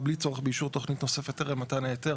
בלי צורך באישור תוכנית נוספת טרם מתן ההיתר".